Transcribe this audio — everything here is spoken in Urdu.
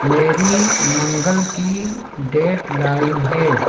میری منگل کی ڈیٹ لائن ہے